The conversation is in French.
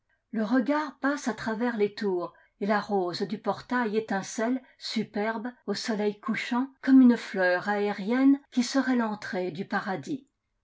le regard passe à travers les tours et la rose du portail étincelle superbe au soleil couchant comme une fleur aérienne qui serait l'entrée du paradis